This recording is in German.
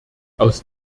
aus